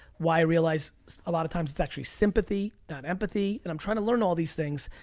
why i realize a lot of times it's actually sympathy, not empathy, and i'm trying to learn all these things.